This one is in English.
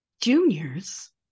juniors